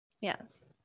Yes